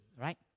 right